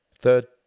Third